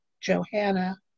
Johanna